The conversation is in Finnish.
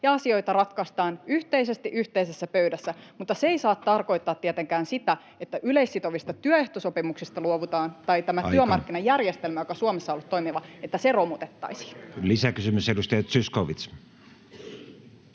ja asioita ratkaistaan yhteisesti yhteisessä pöydässä, mutta se ei saa tarkoittaa tietenkään sitä, että yleissitovista työehtosopimuksista luovutaan [Puhemies: Aika!] tai että tämä työmarkkinajärjestelmä, joka Suomessa on ollut toimiva, romutettaisiin. [Speech 70] Speaker: